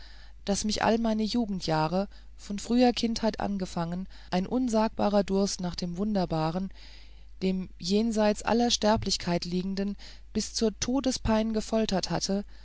daß mich all meine jugendjahre von früher kindheit angefangen ein unsagbarer durst nach dem wunderbaren dem jenseits aller sterblichkeit liegenden bis zur todespein gefoltert hatte